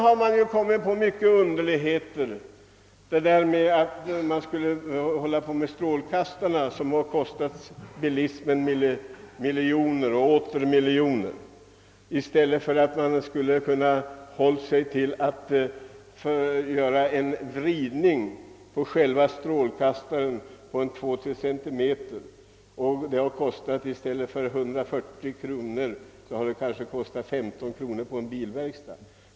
Vidare har man kommit på många umderligheter, exempelvis denna justering av strålkastarna, som man måste företa och som har kostat bilismen miljoner och åter miljoner. I stället hade man bara behövt vrida på själva strålkastaren 2—3 centimeter, vilket skulle ha kostat, inte 140 kronor utan kanske 15 kronor på en bilverkstad.